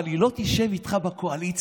אבל היא לא תשב איתך בקואליציה.